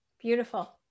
Beautiful